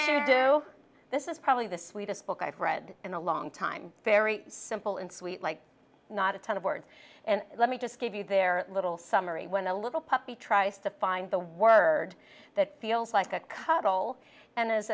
to do this is probably the sweetest book i've read in a long time very simple and sweet like not a ton of words and let me just give you their little summary when a little puppy tries to find the word that feels like a cuddle and